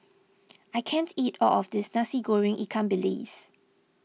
I can't eat all of this Nasi Goreng Ikan Bilis